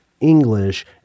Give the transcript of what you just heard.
English